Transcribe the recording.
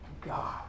God